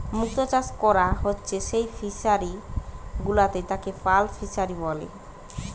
মুক্ত চাষ কোরা হচ্ছে যেই ফিশারি গুলাতে তাকে পার্ল ফিসারী বলছে